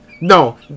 No